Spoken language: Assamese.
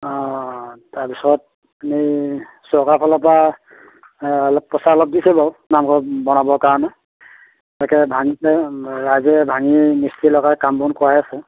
অঁ তাৰ পিছত আমি চৰকাৰৰফালৰপৰা পইচা অলপ দিছে বাৰু নামঘৰ বনাবৰ কাৰণে ৰাইজে ভাঙি মিস্ত্ৰী লগাই কাম বন কৰাই আছে